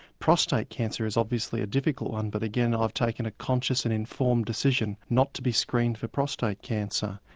prostate cancer is obviously a difficult one, but again i've taken a conscious and informed decision not to be screened for prostate cancer.